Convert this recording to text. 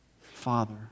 Father